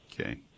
Okay